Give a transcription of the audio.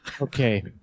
Okay